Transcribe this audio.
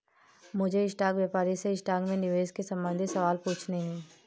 मुझे स्टॉक व्यापारी से स्टॉक में निवेश के संबंधित सवाल पूछने है